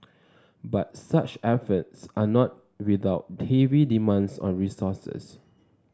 but such efforts are not without heavy demands on resources